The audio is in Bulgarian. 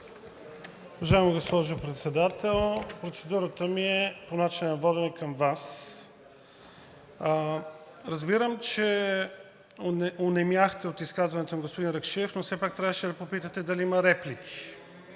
Уважаема госпожо Председател, процедурата ми е по начина на водене към Вас. Разбирам, че онемяхте от изказването на господин Ракшиев, но все пак трябваше да попитате дали има реплики,